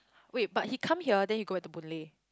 wait but he come here then you go back to Boon-Lay